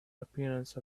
appearance